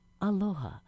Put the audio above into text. aloha